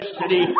city